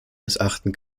missachten